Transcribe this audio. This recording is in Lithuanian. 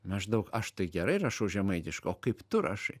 maždaug aš tai gerai rašau žemaitiškai o kaip tu rašai